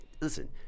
Listen